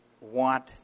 want